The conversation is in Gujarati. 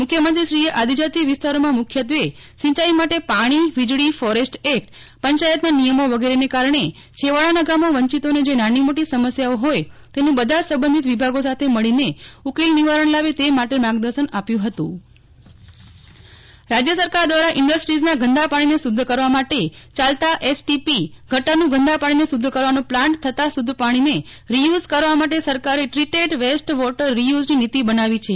મુખ્યમંત્રીશ્રીએ આદિજાતિ વિસ્તારોમાં મુખ્યત્વે સિંચાઇ માટે પાણી વીજળીફોરેસ્ટ એકટપંચાયતના નિયમો વગેરેને કારણે છેવાડાના ગામો વંચિતોને જે નાની મોટી સમસ્યાઓ હોય તેનું બધા જ સંબંધિત વિભાગો સાથે મળીને ઉકેલ નિવારણ લાવે તે માટે માર્ગદર્શન આપ્યુ હતું નેફલ ઠક્કર વેસ્ટ વોટર રીયુઝ્ની નીતિ રાજય સરકાર દ્વારા ઇન્ડસ્ટ્રીઝના ગંદા પાણીને શુધ્ધ કરવા માટે ચાલતા એસટીપીગટરનું ગંદા પાણીને શુધ્ધ કરવાનો પ્લાન્ટ થતા શુધ્ધ પાણીને રીયુઝ કરવા માટે સરકારે ટ્રીટેડ વેસ્ટ વોટર રીયુઝની નિતી બનાવી છે